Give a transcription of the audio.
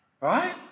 Right